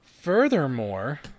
Furthermore